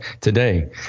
today